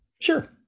sure